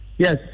Yes